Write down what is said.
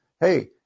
hey